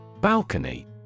Balcony